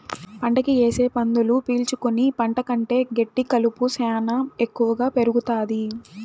పంటకి ఏసే మందులు పీల్చుకుని పంట కంటే గెడ్డి కలుపు శ్యానా ఎక్కువగా పెరుగుతాది